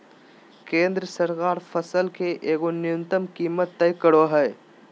केंद्र सरकार फसल के एगो न्यूनतम कीमत तय करो हइ